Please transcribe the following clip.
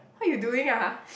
what you doing !huh!